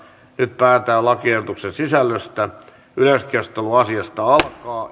nyt päätetään lakiehdotusten sisällöstä yleiskeskustelu asiasta alkaa